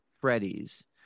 Freddy's